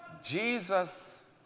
Jesus